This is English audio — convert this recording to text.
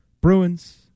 bruins